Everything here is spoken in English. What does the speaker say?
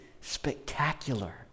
spectacular